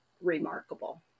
remarkable